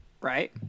Right